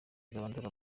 nzabandora